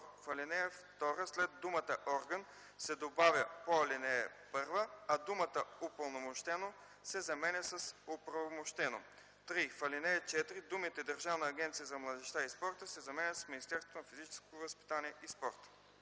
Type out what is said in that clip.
В ал. 2 след думата „орган” се добавя „по ал. 1”, а думата „упълномощено” се заменя с „оправомощено”. 3. В ал. 4 думите „Държавна агенция за младежта и спорта” се заменят с „Министерството на физическото възпитание и спорта.”.